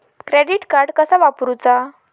Credit card कसा वापरूचा?